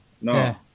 no